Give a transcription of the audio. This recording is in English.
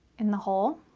in the hole